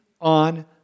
on